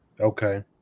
okay